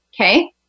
okay